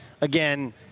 again